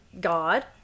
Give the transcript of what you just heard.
God